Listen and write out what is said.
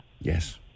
Yes